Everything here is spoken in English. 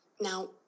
Now